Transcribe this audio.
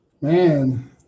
man